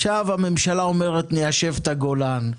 עכשיו הממשלה אומרת ניישב את הגולן,